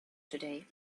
today